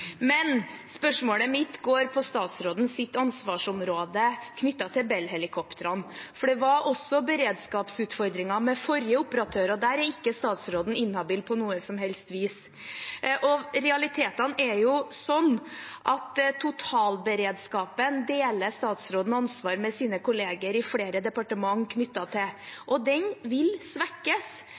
Spørsmålet mitt går på statsrådens ansvarsområde knyttet til Bell-helikoptrene, for det var også beredskapsutfordringer med forrige operatør, og der er ikke statsråden inhabil på noe som helst vis. Realitetene er jo sånn at statsråden deler ansvaret for totalberedskapen med sine kolleger i flere departement knyttet til det, og den vil svekkes